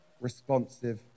responsive